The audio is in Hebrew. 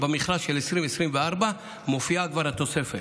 במכרז של 2024 מופיעה כבר התוספת.